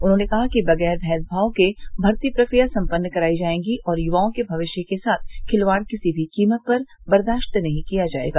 उन्होंने कहा कि बगैर भेदभाव के भर्ती प्रक्रिया सम्पन्न कराई जायेंगी और य्वाओं के भविष्य के साथ खिलवाड़ किसी भी कीमत पर बर्दाश्त नहीं किया जायेगा